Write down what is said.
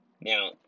Now